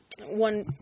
one